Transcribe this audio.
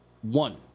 One